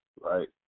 right